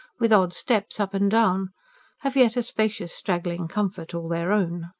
with odd steps up and down have yet a spacious, straggling comfort all their own.